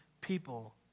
people